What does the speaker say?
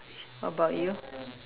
what about you